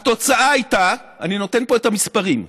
התוצאה הייתה, אני נותן פה את המספרים,